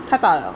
太大了